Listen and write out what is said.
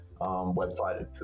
website